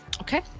Okay